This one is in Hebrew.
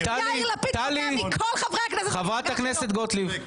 יאיר לפיד מונע מכל חברי הכנסת --- חברת הכנסת גוטליב,